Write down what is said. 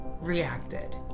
reacted